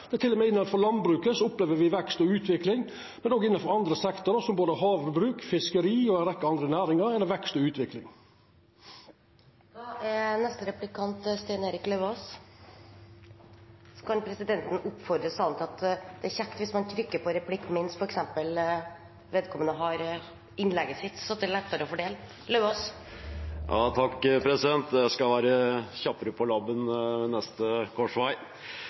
Til og med innanfor landbruket opplever me vekst og utvikling. Også innanfor andre sektorar som havbruk, fiskeri og ei rekkje andre næringar er det vekst og utvikling. Presidenten oppfordrer salen til å trykke på replikk når taleren har innlegget sitt, så det er lettere å fordele. Jeg skal være kjappere på labben ved neste